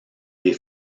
des